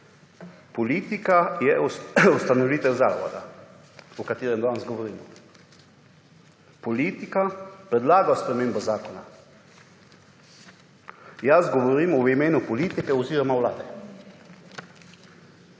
Politika je ustanovitelj zavoda, o katerem danes govorimo. Politika predlaga spremembo zakona. Jaz govorim v imenu politike oziroma vlade,